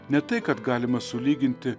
ne tai kad galima sulyginti